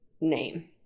name